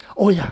oh ya